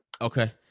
Okay